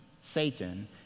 Satan